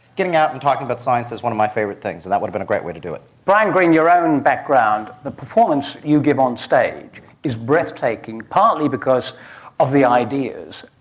getting out and talking about science is one of my favourite things and that would have been a great way to do it. brian greene, your own background, the performance you give on stage is breathtaking, partly because of the ideas,